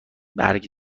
برگ